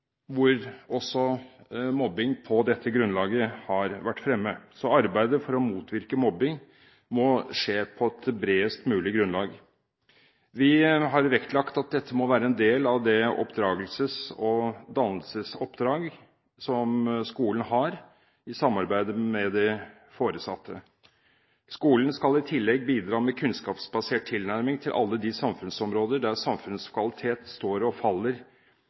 hvor mobbing på dette grunnlaget har vært fremme. Så arbeidet for å motvirke mobbing må skje på et bredest mulig grunnlag. Vi har vektlagt at dette må være en del av det oppdragelses- og dannelsesoppdrag som skolen har i samarbeid med de foresatte. Skolen skal i tillegg bidra med kunnskapsbasert tilnærming til alle de samfunnsområder der samfunnets kvalitet står og faller